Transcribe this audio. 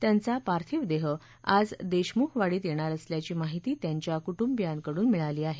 त्यांचा पार्थिव देह आज देशमुखवाडीत येणार असल्याची माहिती त्यांच्या कुट्रंबियांकडून मिळाली आहे